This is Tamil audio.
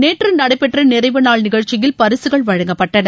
நேற்று நடைபெற்ற நிறைவு நாள் நிகழ்ச்சியில் பரிசுகள் வழங்கப்பட்டன